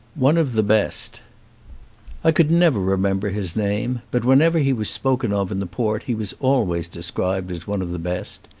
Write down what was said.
one of the best i could never remember his name, but when ever he was spoken of in the port he was always described as one of the best.